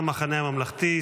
המחנה הממלכתי,